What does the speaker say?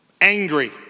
angry